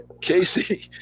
Casey